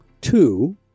two